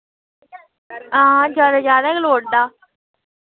हां ज्यादा ज्यादा गै लोड़दा